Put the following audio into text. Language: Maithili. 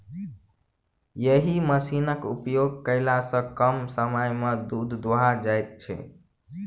एहि मशीनक उपयोग कयला सॅ कम समय मे दूध दूहा जाइत छै